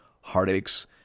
heartaches